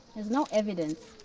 there's no evidence.